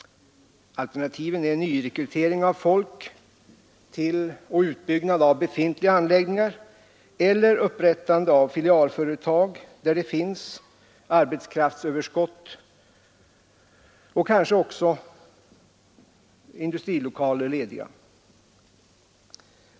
Alternativen är nyrekrytering av folk till och utbyggnad av befintliga anläggningar eller upprättande av filialföretag, där det finns arbetskraftsöverskott och kanske också industrilokaler lediga.